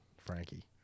Frankie